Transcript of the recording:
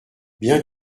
bien